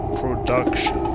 production